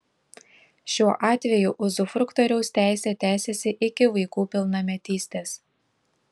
šiuo atveju uzufruktoriaus teisė tęsiasi iki vaikų pilnametystės